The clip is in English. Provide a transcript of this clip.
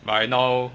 by now